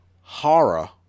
horror